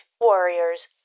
warriors